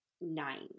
nine